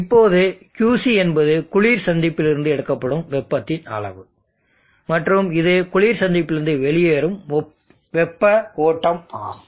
இப்போது QC என்பது குளிர் சந்திப்பிலிருந்து எடுக்கப்படும் வெப்பத்தின் அளவு மற்றும் இது குளிர் சந்திப்பிலிருந்து வெளியேறும் வெப்ப ஓட்டம் ஆகும்